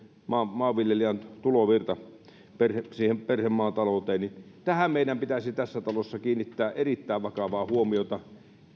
maanviljelijän tulovirta siihen perhemaatalouteen siihen meidän pitäisi tässä talossa kiinnittää erittäin vakavaa huomiota